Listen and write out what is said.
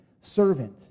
servant